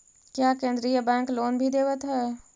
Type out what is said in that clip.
क्या केन्द्रीय bank loan भी देवत हैं